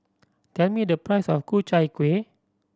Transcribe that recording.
tell me the price of Ku Chai Kuih